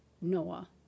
Noah